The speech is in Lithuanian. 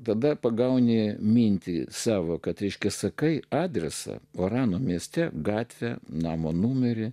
tada pagauni mintį savo kad reiškia sakai adresą orano mieste gatvę namo numerį